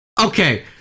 Okay